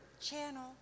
channel